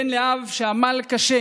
בן לאב שעמל קשה